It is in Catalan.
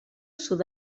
sud